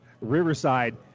Riverside